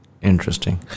Interesting